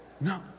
No